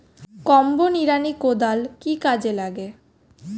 Combo নিড়ানি কোদাল কি কাজে লাগে?